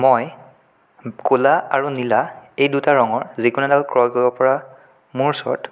মই ক'লা আৰু নীলা এই দুটা ৰঙৰ যিকোনা এডাল ক্ৰয় কৰিব পৰা মোৰ ওচৰত